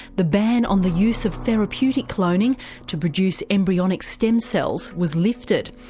the ban on the use of therapeutic cloning to produce embryonic stem cells was lifted.